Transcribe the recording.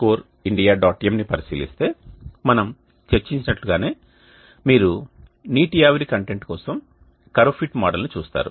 mని పరిశీలిస్తే మనము చర్చించినట్లుగానే మీరు నీటి ఆవిరి కంటెంట్ కోసం కర్వ్ ఫిట్ మోడల్ను చూస్తారు